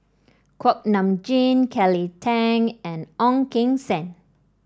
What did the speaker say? Kuak Nam Jin Kelly Tang and Ong Keng Sen